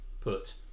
put